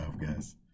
guys